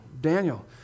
Daniel